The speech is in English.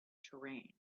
terrain